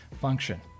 function